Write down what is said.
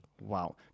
Wow